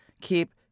keep